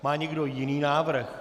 Má někdo jiný návrh.